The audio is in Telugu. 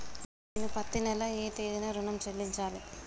నేను పత్తి నెల ఏ తేదీనా ఋణం చెల్లించాలి?